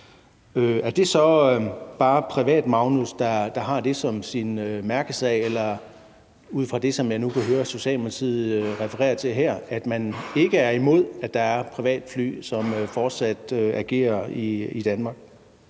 Er det så bare Privatmagnus, der har det som sin mærkesag? Ud fra det, som jeg nu kan høre Socialdemokratiet siger her, er man ikke imod, at der er privatfly, som fortsat flyver i Danmark.